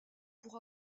pour